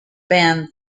band